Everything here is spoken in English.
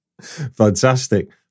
Fantastic